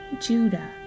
Judah